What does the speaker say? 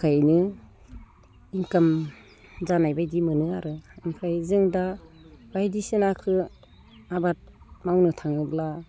गायनो इन्काम जानायबायदि मोनो आरो ओमफ्राय जों दा बायदिसिनाखो आबाद मावनो थाङोब्ला